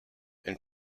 and